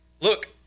Look